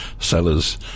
sellers